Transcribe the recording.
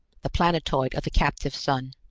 the planetoid of the captive sun.